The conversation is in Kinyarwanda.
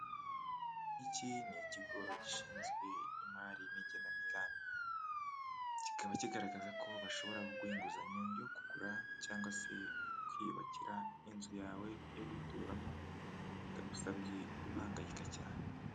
Iki ni ikigo gishinzwe imari n'igenamigambi, kikaba kigaragaza ko bashobora kuguha inguzanyo yo kugura cyangwa se kwiyubakira inzu yawe yo guturamo itagusabye guhangayika cyane.